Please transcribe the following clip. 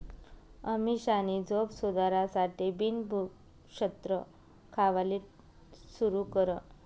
अमीषानी झोप सुधारासाठे बिन भुक्षत्र खावाले सुरू कर